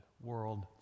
world